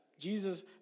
Jesus